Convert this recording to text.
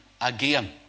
again